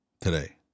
today